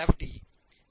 D